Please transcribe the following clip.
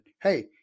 hey